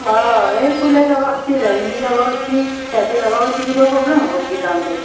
অ' এই ফুলে যাব খুজিছে ডালিমী যাব খুজিছে ইহঁতে যাব খুজিছে কিবা প্রব্লেম হ'ব নেকি যাওঁতে